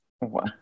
Wow